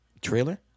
trailer